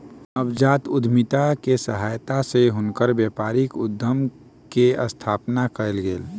नवजात उद्यमिता के सहायता सॅ हुनकर व्यापारिक उद्यम के स्थापना कयल गेल